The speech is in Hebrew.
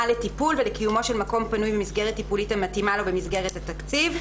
לטיפול ולקיומו של מקום פנוי במסגרת טיפולית המתאימה לו במסגרת התקציב,